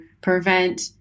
prevent